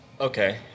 Okay